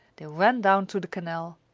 they ran down to the canal.